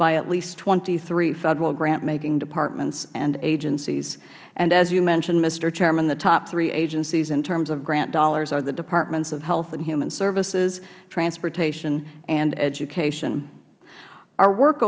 by at least twenty three federal grant making departments and agencies as you mentioned mister chairman the top three agencies in terms of grant dollars are the departments of health and human services transportation and education our work